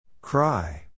Cry